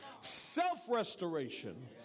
self-restoration